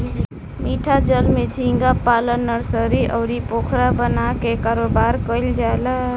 मीठा जल में झींगा पालन नर्सरी, अउरी पोखरा बना के कारोबार कईल जाला